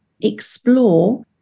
explore